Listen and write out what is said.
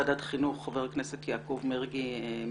ויושב ראש ועדת החינוך חבר הכנסת יעקב מרגי מש"ס.